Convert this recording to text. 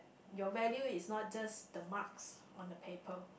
your value is not just the marks on the paper